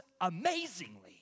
amazingly